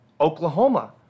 Oklahoma